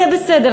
יהיה בסדר,